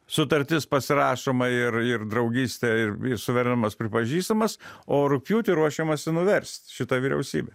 sutartis pasirašoma ir ir draugystė ir suverenumas pripažįstamas o rugpjūtį ruošiamasi nuverst šitą vyriausybę